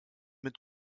mit